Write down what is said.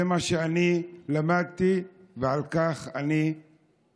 זה מה שאני למדתי, ועל כך אני הולך.